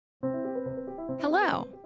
Hello